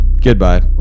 Goodbye